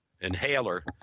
inhaler